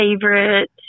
favorite